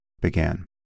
began